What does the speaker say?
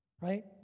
right